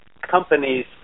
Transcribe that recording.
companies